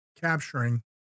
capturing